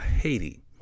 Haiti